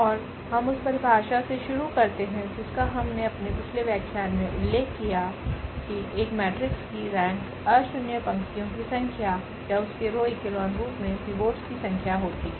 और हम उस परिभाषा से शुरू करते हैं जिसका हमने अपने पिछले व्याख्यान में उल्लेख किया है कि एक मेट्रिक्स की रेंक अशून्य पंक्तियों की संख्या या उसके रो ईकोलोन रूप में पिवोट्स की संख्या होती है